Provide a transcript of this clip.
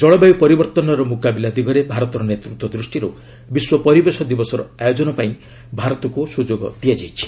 ଜଳବାୟୁ ପରିବର୍ତ୍ତନର ମୁକାବିଲା ଦିଗରେ ଭାରତର ନେତୃତ୍ୱ ଦୃଷ୍ଟିରୁ ବିଶ୍ୱ ପରିବେଶ ଦିବସର ଆୟୋଜନପାଇଁ ଭାରତକୁ ସୁଯୋଗ ଦିଆଯାଇଛି